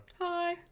hi